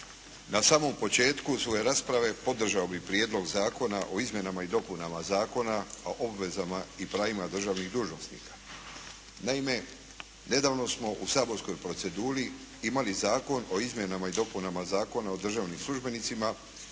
Na samom početku svoje rasprave podržao bih prijedlog Zakona o izmjenama i dopunama Zakona o obvezama i pravima državnih dužnosnika. Naime, nedavno smo u saborskoj proceduri imali Zakon o izmjenama i dopunama Zakona o državnim službenicima